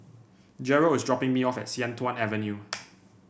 Jerrel is dropping me off at Sian Tuan Avenue